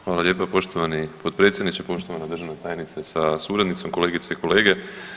Hvala lijepa poštovani potpredsjedniče, poštovana državna tajnice sa suradnicom, kolegice i kolege.